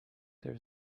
there